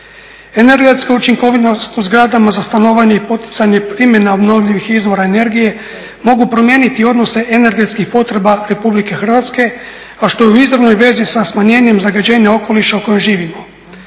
Energetska učinkovitost u zgradama za stanovanje i poticanje primjena obnovljivih izvora energija mogu promijeniti odnose energetskih potreba Republike Hrvatske, a što je u izravnoj vezi sa smanjenjem zagađenja okoliša u kojem živimo.